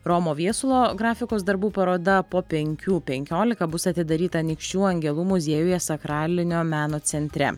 romo viesulo grafikos darbų paroda po penkių penkiolika bus atidaryta anykščių angelų muziejuje sakralinio meno centre